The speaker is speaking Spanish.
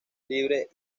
libre